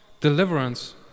deliverance